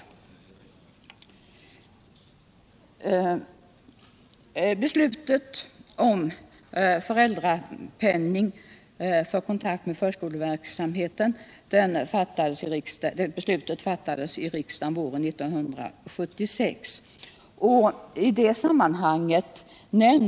Beslutet om föräldrapenning vid kontakt med förskoleverksamheten fattades i riksdagen våren 1976.